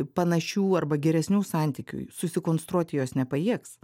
panašių arba geresnių santykių susikonstruoti jos nepajėgs